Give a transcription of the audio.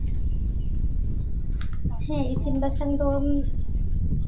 ᱦᱮᱸ ᱤᱥᱤᱱ ᱵᱟᱥᱟᱝ ᱫᱚ